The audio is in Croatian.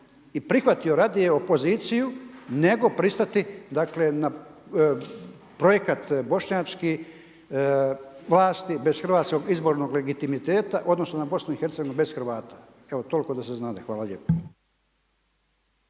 i prihvatio radio opoziciju, nego pristati na projekat bošnjački, vlasti bez hrvatskog izbornog legaliteta, odnosno, na BIH bez Hrvata, evo toliko da se znate. Hvala lijepo.